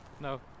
No